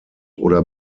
oder